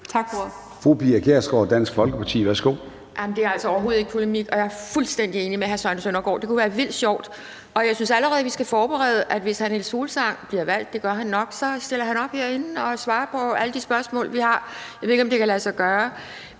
Tak for det.